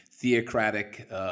theocratic